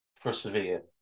persevere